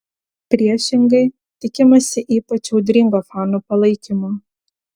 priešingai tikimasi ypač audringo fanų palaikymo